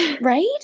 Right